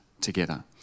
together